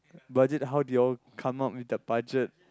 budget how do you all come up with the budget